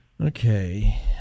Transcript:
Okay